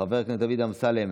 חבר הכנסת דוד אמסלם,